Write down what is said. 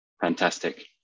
Fantastic